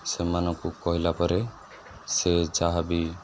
ସେମାନଙ୍କୁ କହିଲା ପରେ ସେ ଯାହା ବିି